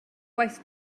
gwaith